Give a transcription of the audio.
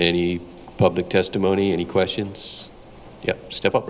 any public testimony any questions step up